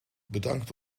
bedankt